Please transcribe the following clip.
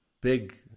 big